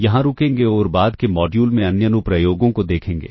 यहां रुकेंगे और बाद के मॉड्यूल में अन्य अनुप्रयोगों को देखेंगे